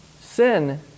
sin